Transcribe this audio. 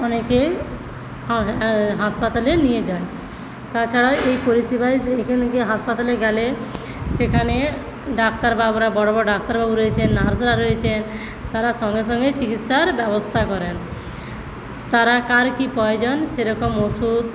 অনেকেই হাসপাতালে নিয়ে যায় তাছাড়া এই পরিষেবায় এখানে হাসপাতালে গেলে সেখানে ডাক্তারবাবুরা বড় বড় ডাক্তারবাবু রয়েছেন নার্সরা রয়েছেন তারা সঙ্গে সঙ্গে চিকিৎসার ব্যবস্থা করেন তারা কার কি প্রয়োজন সেরকম ওষুধ